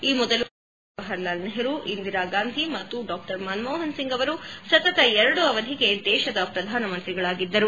ಈ ಮೊದಲು ಕಾಂಗ್ರೆಸ್ ನಾಯಕರಾದ ಜವಹರ್ಲಾಲ್ ನೆಹರು ಇಂದಿರಾಗಾಂಧಿ ಮತ್ತು ಡಾ ಮನಮೋಹನ್ಸಿಂಗ್ ಅವರು ಸತತ ಎರಡು ಅವಧಿಗೆ ದೇಶದ ಪ್ರಧಾನಮಂತ್ರಿಗಳಾಗಿದ್ದರು